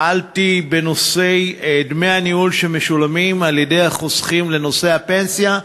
פעלתי בנושא דמי הניהול שמשלמים החוסכים לפנסיה,